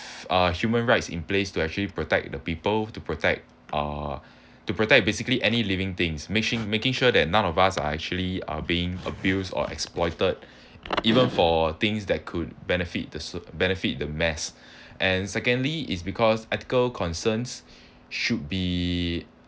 uh human rights in place to actually protect the people to protect uh to protect basically any living things making making sure that none of us are actually uh being abused or exploited even for things that could benefit the so~ benefit the mass and secondly is because ethical concerns should be